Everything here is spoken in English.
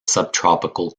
subtropical